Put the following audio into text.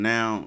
Now